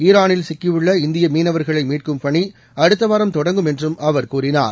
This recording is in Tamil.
ஈரானில் சிக்கியுள்ள இந்திய மீனவர்களை மீட்கும் பணி அடுத்தவாரம் தொடங்கும் என்றும் அவர் கூறினார்